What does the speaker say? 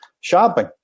shopping